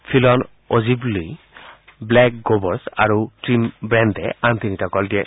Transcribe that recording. ফিলন Ogilvie Blake Govers আৰু team ব্ৰেণ্ডে আন তিনিটা গ'ল দিয়ে